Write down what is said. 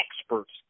experts